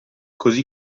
così